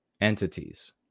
entities